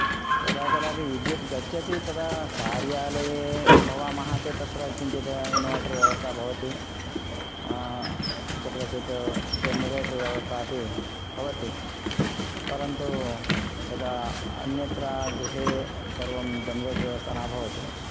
यदा कदापि विद्युत् गच्छति तदा कार्यालये भवामः चेत् तत्र किञ्चित् इन्वर्टर्व्यवस्था भवति कुत्रचित् जनरेटर् व्यवस्था अपि भवति परन्तु यदा अन्यत्र गृहे सर्वं जनरेटर् व्यवस्था न भवति